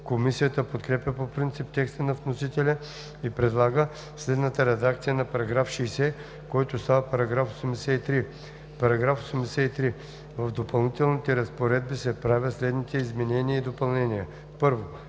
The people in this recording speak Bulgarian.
Комисията подкрепя по принцип текста на вносителя и предлага следната редакция на § 60, който става § 83: „§ 83. В допълнителните разпоредби се правят следните изменения и допълнения: l.